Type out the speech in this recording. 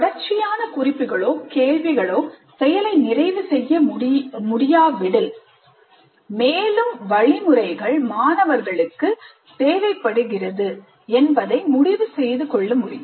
தொடர்ச்சியான குறிப்புகளோ கேள்விகளோ செயலை நிறைவு செய்ய முடியாவிடில் மேலும் வழிமுறைகள் தேவைப்படுகிறது என்பதை முடிவு செய்து கொள்ள முடியும்